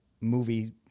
movie